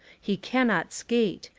he cannot skate.